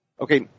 Okay